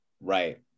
right